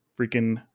freaking